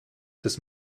des